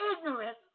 ignorant